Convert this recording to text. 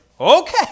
okay